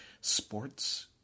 sports